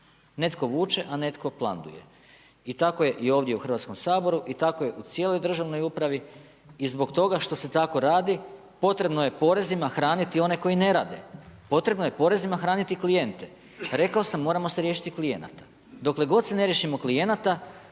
se ne razumije./... I tako je ovdje u Hrvatskom saboru i tako je u cijeloj državnoj upravi i zbog toga što se tako radi potrebno je porezima hraniti one koji ne radi, potrebno je porezima hraniti klijente. Rekao sam, moramo se riješiti klijenata, dokle god se ne riješimo klijenata,